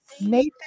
Nathan